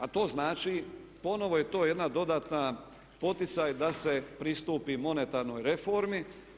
A to znači ponovno je to jedna dodatan poticaj da se pristupi monetarnoj reformi.